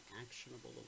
actionable